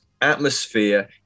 atmosphere